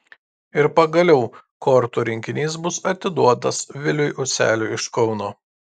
ir pagaliau kortų rinkinys bus atiduotas viliui useliui iš kauno